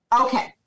Okay